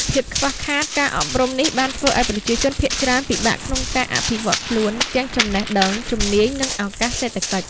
ភាពខ្វះខាតការអប់រំនេះបានធ្វើឱ្យប្រជាជនភាគច្រើនពិបាកក្នុងការអភិវឌ្ឍន៍ខ្លួនទាំងចំណេះដឹង ជំនាញ និងឱកាសសេដ្ឋកិច្ច។